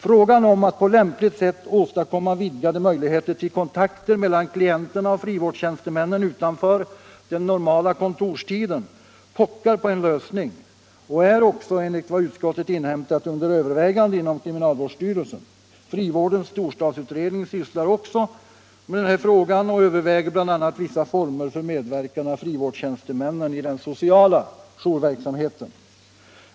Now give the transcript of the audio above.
Frågan om att på lämpligt sätt åstadkomma vidgade möjligheter till kontakter mellan klienterna och frivårdstjänstemännen utanför den normala kontorstiden pockar på en lösning och är också enligt vad utskottet inhämtat under övervägande inom kriminalvårdsstyrelsen. Frivårdens storstadsutredning sysslar även med frågan och överväger bl.a. vissa former för medverkan av frivårdstjänstemännen i den sociala jourverksamheten.